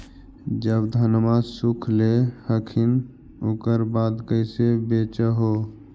जब धनमा सुख ले हखिन उकर बाद कैसे बेच हो?